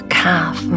calf